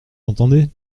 entendez